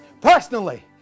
Personally